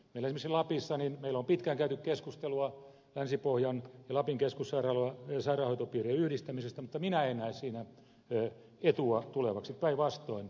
esimerkiksi meillä lapissa on pitkään käyty keskustelua länsi pohjan ja lapin keskussairaanhoitopiirien yhdistämisestä mutta minä en näe siinä etua tulevaksi päinvastoin